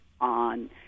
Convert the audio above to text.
on